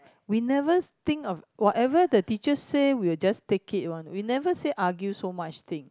we never think of whatever the teacher say we will just take it one we will never say argue so much thing